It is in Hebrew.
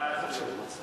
ההצעה להעביר את הצעת